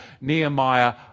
Nehemiah